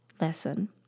lesson